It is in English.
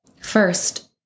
First